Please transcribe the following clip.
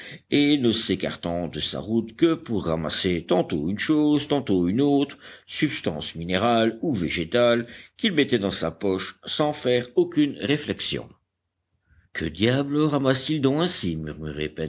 et ne s'écartant de sa route que pour ramasser tantôt une chose tantôt une autre substance minérale ou végétale qu'il mettait dans sa poche sans faire aucune réflexion que diable ramasse t il